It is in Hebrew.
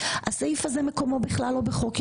מקומו של הסעיף הזה בכלל לא בחוק.